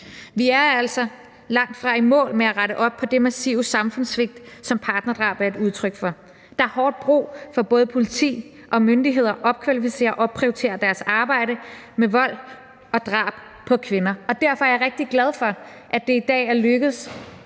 Vi er altså langtfra i mål med at rette op på det massive samfundssvigt, som partnerdrab er et udtryk for. Der er hårdt brug for, at både politi og myndigheder opkvalificerer og opprioriterer deres arbejdede, når det drejer sig om vold og drab på kvinder. Derfor er jeg rigtig glad for, at det i dag er lykkedes